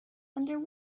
under